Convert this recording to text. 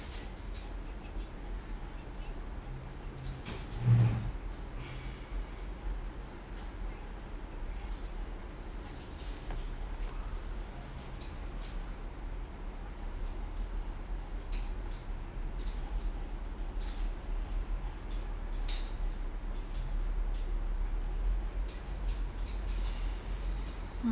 mm